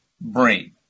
brain